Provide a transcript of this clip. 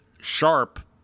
sharp